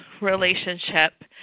relationship